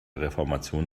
reformation